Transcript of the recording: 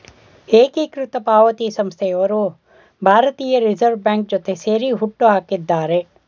ಏಕೀಕೃತ ಪಾವತಿ ಸಂಸ್ಥೆಯವರು ಭಾರತೀಯ ರಿವರ್ಸ್ ಬ್ಯಾಂಕ್ ಜೊತೆ ಸೇರಿ ಹುಟ್ಟುಹಾಕಿದ್ದಾರೆ